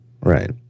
right